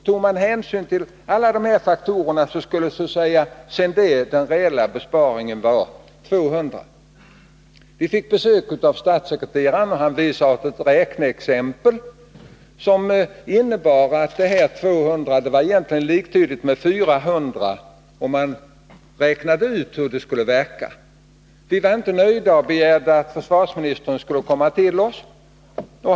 Tog man hänsyn till alla dessa faktorer och justerade anslaget därefter skulle därutöver besparingen vara 200 miljoner. Vi fick besök av statssekreteraren i försvarsdepartementet, som visade oss ett räkneexempel. Av det framgick att dessa 200 miljoner egentligen var liktydigt med 400 miljoner, om man räknade ut hur allt detta skulle verka. Vi var inte nöjda och begärde att försvarsministern skulle komma till oss.